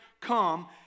come